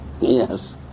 yes